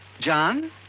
John